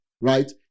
right